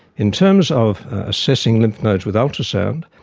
in terms of assessing lymph nodes with ultrasound,